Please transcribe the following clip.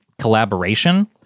collaboration